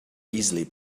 easily